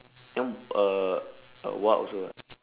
then uh uh wak also ah